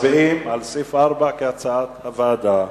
מצביעים על סעיף 4, כהצעת הוועדה.